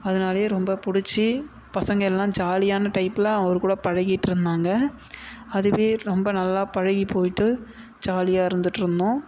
அதனாலேயே ரொம்ப பிடிச்சி பசங்கெல்லாம் ஜாலியான டைப்பில் அவர் கூட பழகிட்டுருந்தாங்க அதுவே ரொம்ப நல்லா பழகி போய்ட்டு ஜாலியாக இருந்துட்டுருந்தோம்